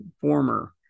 former